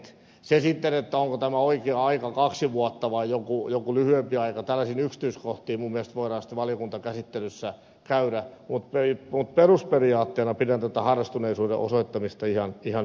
se sitten onko tämä oikea aika kaksi vuotta vai joku lyhyempi aika tällaisiin yksityiskohtiin minun mielestäni voidaan sitten valiokuntakäsittelyssä käydä mutta perusperiaatteena pidän tätä harrastuneisuuden osoittamista ihan hyvänä